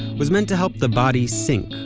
was meant to help the body sink.